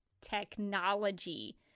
technology